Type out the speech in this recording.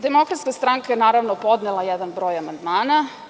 Demokratska stranka je, naravno, podnela jedan broj amandmana.